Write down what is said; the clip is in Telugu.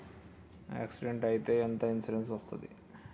యాక్సిడెంట్ అయితే ఎంత ఇన్సూరెన్స్ వస్తది?